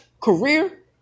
career